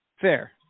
Fair